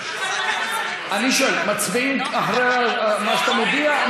אני שואל, מצביעים אחרי מה שאתה מודיע?